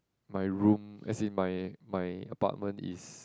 my room as in my my apartment is